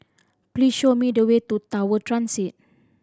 please show me the way to Tower Transit